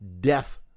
death